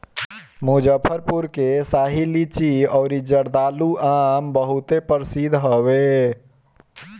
मुजफ्फरपुर के शाही लीची अउरी जर्दालू आम बहुते प्रसिद्ध हवे